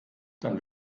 dann